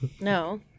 No